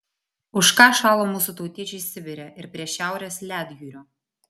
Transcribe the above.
už ką šalo mūsų tautiečiai sibire ir prie šiaurės ledjūrio